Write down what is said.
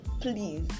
please